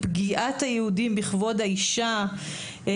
פגיעת היהודים בכבוד האישה,